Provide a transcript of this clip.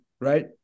right